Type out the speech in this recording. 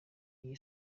niyo